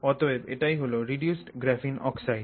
অতএব এটাই হল রিডিউসড গ্রাফিন অক্সাইড